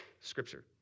Scripture